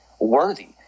worthy